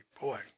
Boy